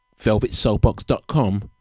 velvetsoulbox.com